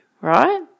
right